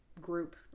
group